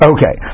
Okay